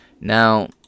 Now